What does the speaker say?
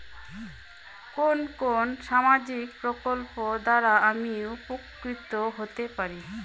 কোন কোন সামাজিক প্রকল্প দ্বারা আমি উপকৃত হতে পারি?